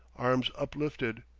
arms uplifted,